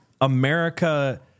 America